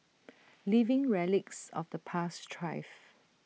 living relics of the past thrive